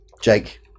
Jake